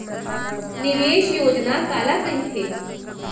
निवेश योजना काला कहिथे?